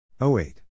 08